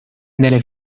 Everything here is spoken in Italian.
nelle